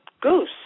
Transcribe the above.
goose